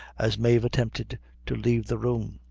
as mave attempted to leave the room.